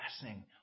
blessing